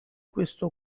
questo